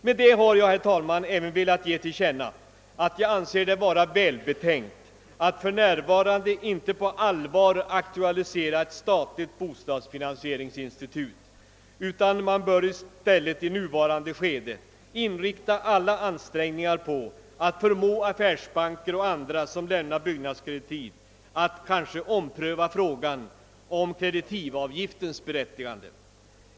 Med detta har jag även velat ge till känna att jag anser det vara välbetänkt att för närvarande inte på allvar aktualisera ett statligt bostadsfinansieringsinstitut. Man bör i stället i nuvarande skede inrikta alla ansträngningar på att förmå affärsbanker och andra som lämnar byggnadskreditiv att ompröva frågan om kreditivavgiftens berättigande.